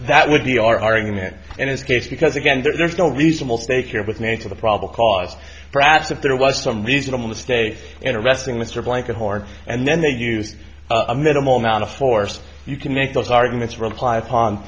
that would be our argument in his case because again there's no reasonable stake here with me to the probable cause perhaps if there was some reasonable mistake in arresting mr blanket horn and then they used a minimal amount of force you can make those arguments reply upon